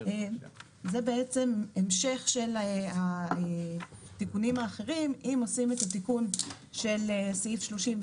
זה בעצם המשך של התיקונים האחרים אם עושים את ההמשך של סעיף 36,